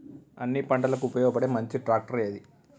అన్ని పంటలకు ఉపయోగపడే మంచి ట్రాక్టర్ ఏది?